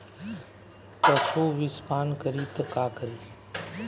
पशु विषपान करी त का करी?